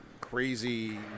crazy